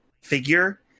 figure